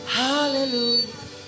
hallelujah